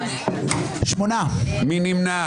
מי נמנע?